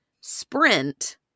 Sprint